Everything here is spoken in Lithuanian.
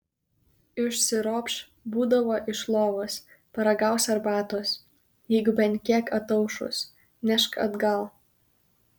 išsiropš būdavo iš lovos paragaus arbatos jeigu bent kiek ataušus nešk atgal